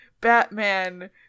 Batman